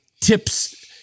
tips